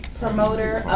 promoter